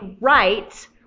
right